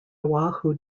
oahu